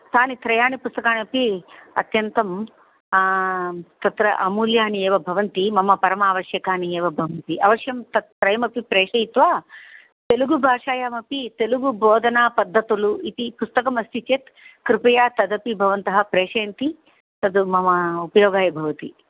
तानि त्रयाणि पुस्तकानि अपि अत्यन्तम् तत्र अमूल्यानि एव भवन्ति मम परम आवश्यकानि एव भवन्ति अवश्यं तत् त्रयमपि प्रेषयित्वा तेलुगुभाषायामपि तेलुगुबोधनापद्धतुलु इति पुस्तकम् अस्ति चेत् कृपया तदपि भवन्तः प्रेषयन्ति तत् मम उपयोगाय भवति